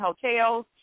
hotels